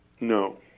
No